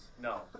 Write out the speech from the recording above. No